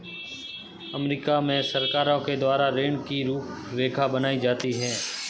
अमरीका में सरकारों के द्वारा ऋण की रूपरेखा बनाई जाती है